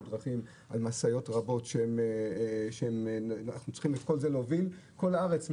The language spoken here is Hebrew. דרכים ועל משאיות רבות שצריכות להוביל את זה כל זה.